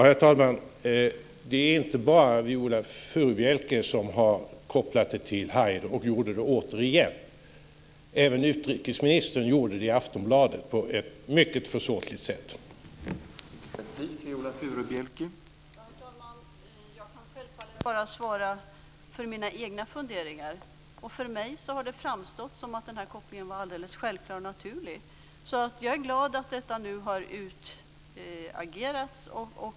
Herr talman! Det är inte bara Viola Furubjelke som har kopplat detta till Haider - och gjorde det återigen. Även utrikesministern gjorde det på ett mycket försåtligt sätt i Aftonbladet.